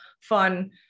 fun